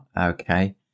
okay